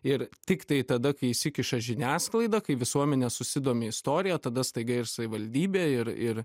ir tiktai tada kai įsikiša žiniasklaida kai visuomenė susidomi istorija tada staiga ir savivaldybė ir ir